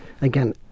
again